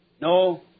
no